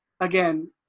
again